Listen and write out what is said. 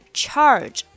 charge 。